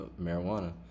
marijuana